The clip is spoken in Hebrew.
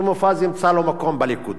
שמופז ימצא לו מקום בליכוד,